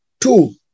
two